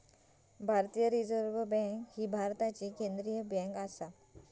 भारतीय reserve bank भारताची केंद्रीय बँक आसा